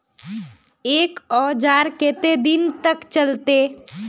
एक औजार केते दिन तक चलते?